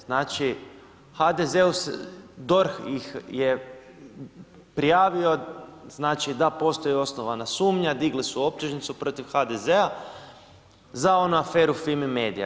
Znači, HDZ-u, DORH ih je prijavio, znači da postoji osnovana sumnja, digli su optužnicu protiv HDZ-a za onu aferu FIMI medija.